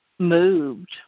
Moved